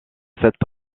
cette